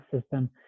system